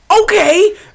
Okay